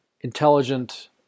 intelligent